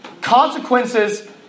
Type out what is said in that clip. consequences